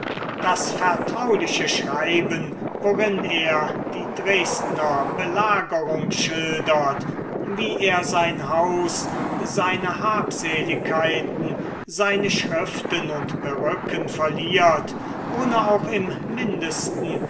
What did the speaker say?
das vertrauliche schreiben worin er die dresdner belagerung schildert wie er sein haus seine habseligkeiten seine schriften und perücken verliert ohne auch im mindesten